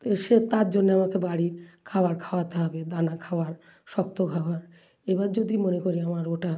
তাই সে তার জন্যে আমাকে বাড়ির খাওয়ার খাওয়াতে হবে দানা খাওয়ার শক্ত খাওয়ায় এবার যদি মনে করি আমার ওটা